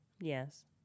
Yes